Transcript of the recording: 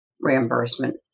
reimbursement